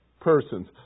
persons